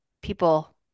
people